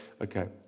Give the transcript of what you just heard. Okay